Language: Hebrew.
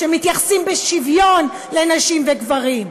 שמתייחסים בשוויון לנשים וגברים.